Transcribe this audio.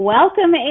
Welcome